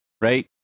right